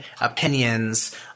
opinions